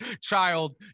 child